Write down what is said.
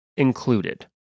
included